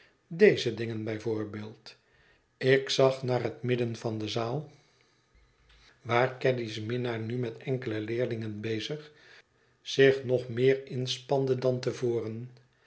deze dingen bij voorbeeld ik zag naar het midden van de zaal waar cadmijnheer turveydrop senior prijst zijn zoon dy's minnaar nu met enkele leerlingen bezig zich nog meer inspande dan te voren